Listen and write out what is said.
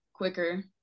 quicker